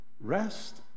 rest